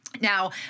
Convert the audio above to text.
Now